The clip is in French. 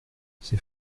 c’est